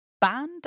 band